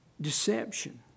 deception